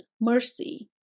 mercy